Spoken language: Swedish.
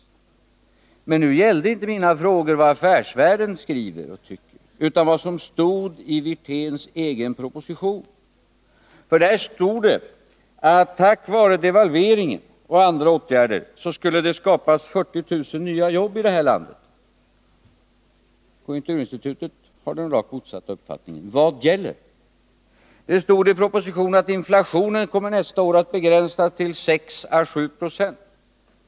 Men mina frågor gällde inte vad Affärsvärlden skriver utan vad som stod i Rolf Wirténs egen proposition. Först stod det, att tack vare devalveringen och andra åtgärder skulle det skapas 40 000 nya jobb. Konjunkturinstitutet har rakt motsatt uppfattning. Vad gäller? Det stod i propositionen att inflationen nästa år kommer att begränsas till 6 å 7 20.